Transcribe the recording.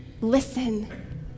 listen